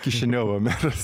kišiniovo meras